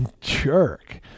jerk